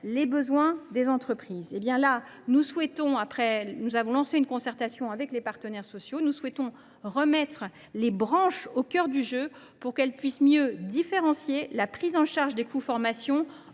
les besoins des entreprises. Nous avons lancé une concertation avec les partenaires sociaux et souhaitons remettre les branches au cœur du jeu afin qu’elles puissent mieux différencier la prise en charge des coûts de formation